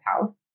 house